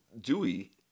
Dewey